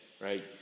right